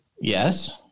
yes